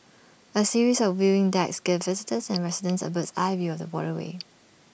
A series of viewing decks gives visitors and residents A bird's eye view of the waterway